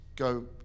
go